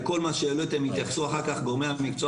לכל מה שהעליתם יתייחסו אחר כך גורמי המקצוע